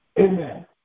Amen